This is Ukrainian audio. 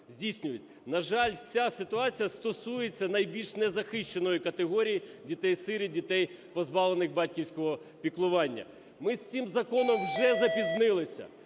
На жаль, ця ситуація стосується найбільш незахищеної категорії: дітей-сиріт, дітей, позбавлених батьківського піклування. Ми з цим законом вже запізнилися,